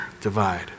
divide